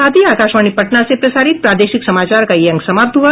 इसके साथ ही आकाशवाणी पटना से प्रसारित प्रादेशिक समाचार का ये अंक समाप्त हुआ